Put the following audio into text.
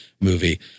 movie